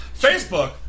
Facebook